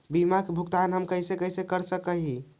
बीमा के भुगतान हम कैसे कैसे कर सक हिय?